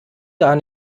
gar